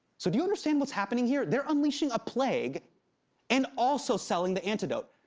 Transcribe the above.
so do you understand what's happening here? they're unleashing a plague and also selling the antidote.